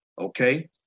Okay